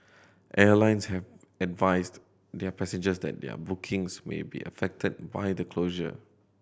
airlines have advised their passengers that their bookings may be affected by the closure